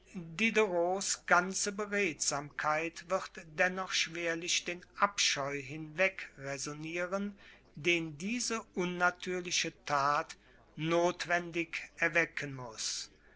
diderots ganze beredsamkeit wird dennoch schwerlich den abscheu hinwegräsonieren den diese unnatürliche tat notwendig erwecken muß